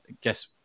Guess